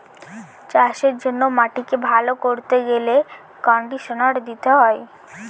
চাষের জন্য মাটিকে ভালো করতে গেলে কন্ডিশনার দিতে হয়